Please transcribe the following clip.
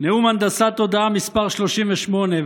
נאום הנדסת הודעה מס' 38,